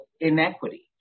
inequity